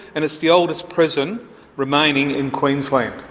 and it's the oldest prison remaining in queensland.